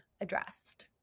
addressed